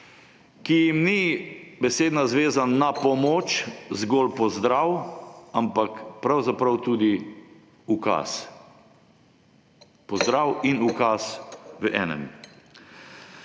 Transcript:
ki jim besedna zveza »Na pomoč!« ni zgolj pozdrav, ampak pravzaprav tudi ukaz. Pozdrav in ukaz v enem.